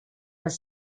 was